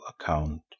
account